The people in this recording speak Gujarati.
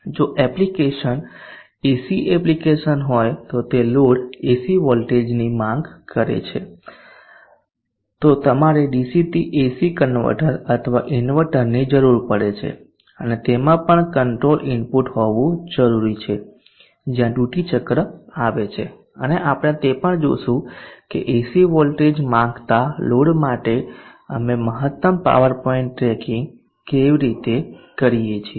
જો એપ્લિકેશન એસી એપ્લિકેશન હોય તો તે લોડ એસી વોલ્ટેજની માંગ કરે છે તો તમારે ડીસીથી એસી કન્વર્ટર અથવા ઇન્વર્ટરની જરૂર પડે છે અને તેમાં પણ કંટ્રોલ ઇનપુટ હોવું જરૂરી છે જ્યાં ડ્યુટી ચક્ર આવે છે અને આપણે તે પણ જોશું કે એસી વોલ્ટેજ માંગતા લોડ માટે અમે મહત્તમ પાવર પોઇન્ટ ટ્રેકિંગ કેવી રીતે કરીએ છીએ